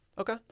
Okay